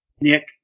Nick